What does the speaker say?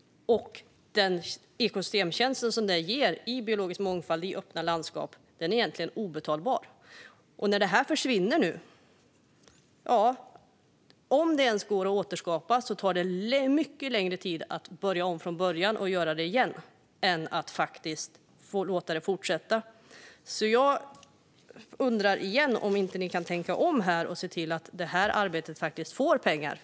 Den ekosystemtjänst som ges i form av biologisk mångfald och öppna landskap är egentligen obetalbar. När den försvinner, om den ens går att återskapa, tar det mycket längre tid att börja om från början. Kan ni inte tänka om och se till att arbetet får pengar?